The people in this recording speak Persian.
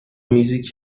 میزی